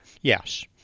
Yes